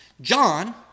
John